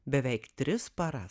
beveik tris paras